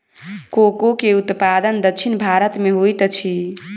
cocoa के उत्पादन दक्षिण भारत में होइत अछि